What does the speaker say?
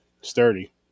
sturdy